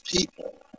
people